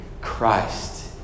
Christ